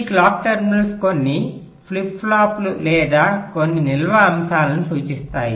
ఈ clock terminals కొన్ని flip ఫ్లాప్లు లేదా కొన్ని నిల్వ అంశాలను సూచిస్తాయ